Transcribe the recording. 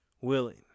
willing